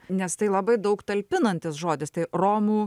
nes tai labai daug talpinantis žodis tai romų